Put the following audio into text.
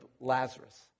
Lazarus